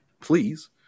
Please